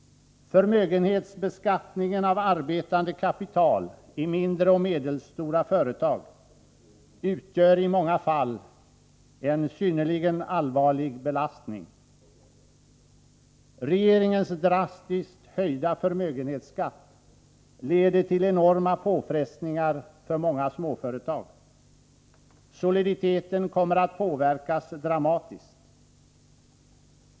Förmögenhetsbeskattningen av arbetande kapital i mindre och medelstora företag utgör i många fall en synnerligen allvarlig belastning. Regeringens drastiskt höjda förmögenhetsskatt leder till enorma påfrestningar för många småföretag. Soliditeten kommer att påverkas dramatiskt.